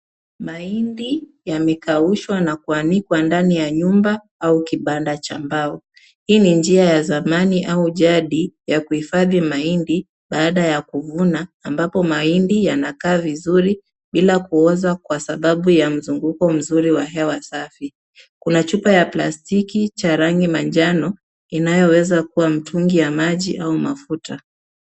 Mahindi yamekaushwa na kuanikwa ndani ya nyumba, au kibanda cha mbao. Hii ni njia ya zamani au jadi, ya kuhifadhi mahindi baada ya kuvuna, ambapo mahindi yanakaa vizuri bila kuoza kwa sababu ya mzunguko mzuri wa hewa safi. Kuna chupa ya plastiki cha rangi manjano, inayoweza kuwa mtungi wa maji au mafuta.